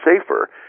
safer